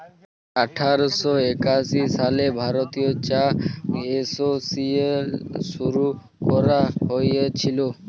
আঠার শ একাশি সালে ভারতীয় চা এসোসিয়েশল শুরু ক্যরা হঁইয়েছিল